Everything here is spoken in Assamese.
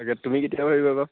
তাকে তুমি কেতিয়া কৰিবা বা